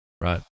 right